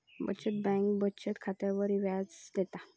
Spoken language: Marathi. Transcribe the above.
बचत बँक बचत खात्यावर व्याज देता